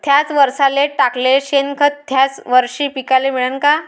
थ्याच वरसाले टाकलेलं शेनखत थ्याच वरशी पिकाले मिळन का?